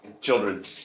children